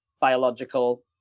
biological